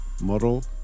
model